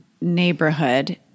neighborhood